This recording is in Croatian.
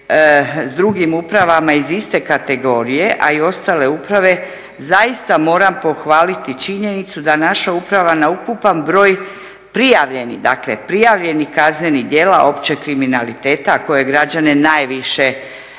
sa drugim upravama iz iste kategorije a i ostale uprave. Zaista moram pohvaliti činjenicu da naša uprava na ukupan broj prijavljenih dakle prijavljenih kaznenih djela općeg kriminaliteta koje građane najviše